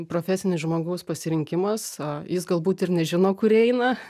profesinis žmogaus pasirinkimas jis galbūt ir nežino kur eina